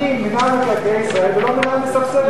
אני למען ילדי ישראל ולא למען ספסרי ישראל.